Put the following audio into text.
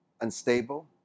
unstable